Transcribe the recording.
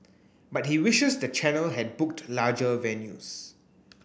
but he wishes the channel had booked larger venues